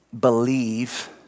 believe